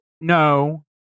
no